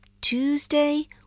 Tuesday